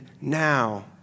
now